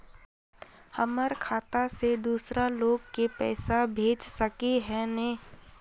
हमर खाता से दूसरा लोग के पैसा भेज सके है ने?